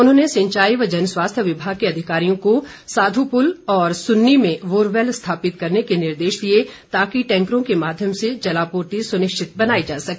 उन्होंने सिंचाई एवं जनस्वास्थ्य विभाग के अधिकारियों को साधुपुल तथा सुन्नी में बोरवेल स्थापित करने के निर्देश दिए ताकि टैंकरों के माध्यम से जलापूर्ति सुनिश्चित बनाई जा सके